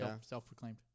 Self-proclaimed